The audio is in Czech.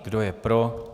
Kdo je pro?